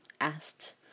asked